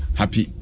happy